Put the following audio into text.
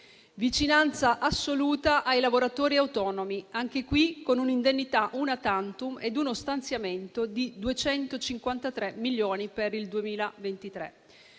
vicinanza assoluta ai lavoratori autonomi, anche in questo caso con un'indennità *una tantum* e uno stanziamento di 253 milioni per il 2023;